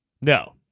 No